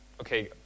okay